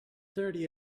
thirty